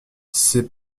c’est